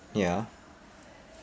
ya